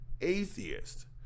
atheist